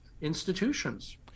institutions